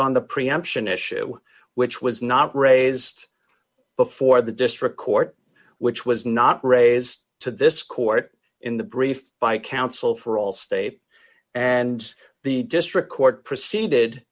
on the preemption issue which was not raised before the district court which was not raised to this court in the brief by counsel for all state and the district court proceeded